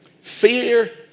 fear